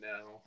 now